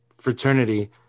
fraternity